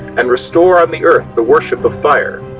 and restore on the earth the worship of fire.